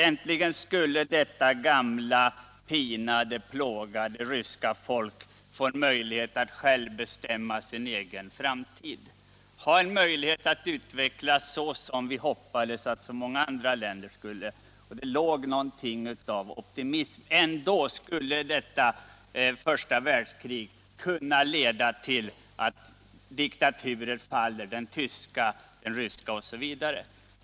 Äntligen skulle detta gamla pinade och plågade ryska folk få en möjlighet att självt bestämma sin egen framtid och utvecklas så som man hoppades att så många andra länder skulle göra. Man var full av optimism. Första världskriget hade lett till att diktaturer föll: den ryska, den tyska osv.